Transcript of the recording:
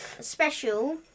special